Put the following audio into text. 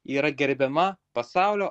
yra gerbiama pasaulio